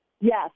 Yes